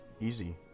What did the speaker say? Easy